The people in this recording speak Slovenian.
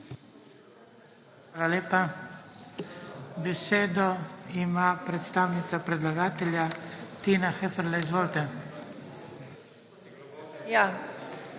Hvala lepa. Besedo ima predstavnica predlagatelja Tina Heferle. Izvolite.